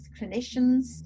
clinicians